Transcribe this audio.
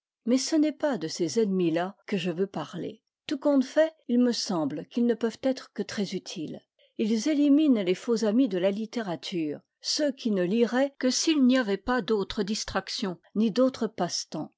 mais ce n'est pas de ces ennemis là que je veux parler tout compte fait il me semble qu'ils ne peuvent être que très utiles ils éliminent les faux amis de la littérature ceux qui ne liraient que s'il n'y avait pas d'autre distraction ni d'autre passe-temps